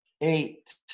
eight